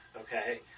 okay